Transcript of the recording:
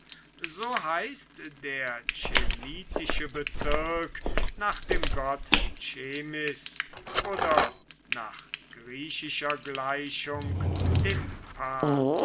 so heißt der chemmitische bezirk nach dem gott chemmis oder nach griechischer gleichung dem pan